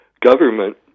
government